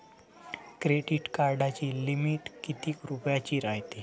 Credit कार्डाची limit कितीक रुपयाची रायते?